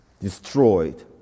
Destroyed